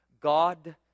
God